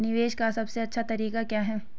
निवेश का सबसे अच्छा तरीका क्या है?